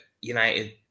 United